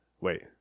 Wait